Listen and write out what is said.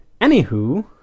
Anywho